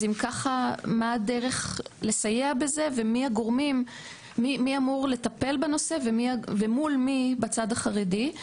אז אם ככה מה הדרך לסייע בזה ומי אמור לטפל בנושא ומול מי בצד החרדי.